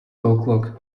o’clock